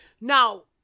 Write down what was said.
Now